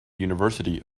university